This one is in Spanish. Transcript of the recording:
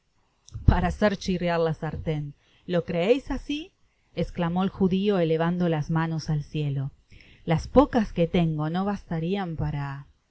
para hacer chirriar la sarten lo creeis asi esciamó el judio elevando las manos al cielo las pocas que tengo no bastarian para